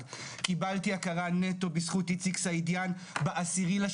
קיבלתי הכרה נטו בזכות איציק סעידיאן ב-10.6.2021,